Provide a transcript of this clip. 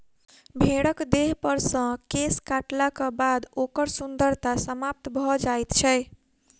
भेंड़क देहपर सॅ केश काटलाक बाद ओकर सुन्दरता समाप्त भ जाइत छै